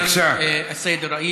בבקשה, חבר הכנסת.